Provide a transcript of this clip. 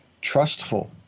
trustful